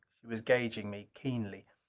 she was gauging me keenly.